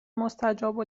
مستجاب